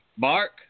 Mark